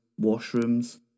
washrooms